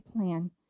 plan